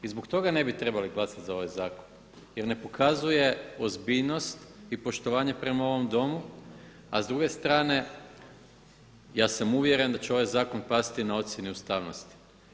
I zbog toga ne bi trebali glasati za ovaj zakon jer ne pokazuje ozbiljnost i poštovanje prema ovom Domu a s druge strane, ja sam uvjeren da će ovaj zakon pasti na ocjeni ustavnosti.